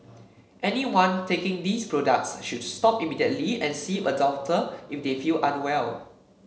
anyone taking these products should stop immediately and see a doctor if they feel unwell